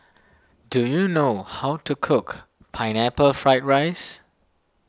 do you know how to cook Pineapple Fried Rice